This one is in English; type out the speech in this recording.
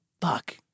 Fuck